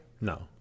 No